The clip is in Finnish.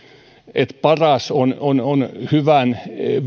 että paras on on hyvän